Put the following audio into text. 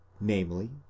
namely